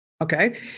Okay